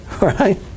Right